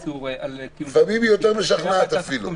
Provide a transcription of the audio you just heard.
לפעמים היא יותר משכנעת אפילו.